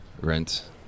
rent